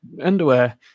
Underwear